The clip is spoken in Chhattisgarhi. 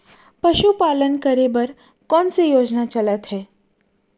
पशुपालन करे बर कोन से योजना चलत हे?